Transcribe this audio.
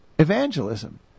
evangelism